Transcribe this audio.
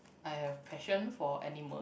I have passion for animal